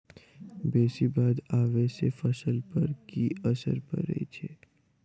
बेसी बाढ़ आबै सँ फसल पर की असर परै छै?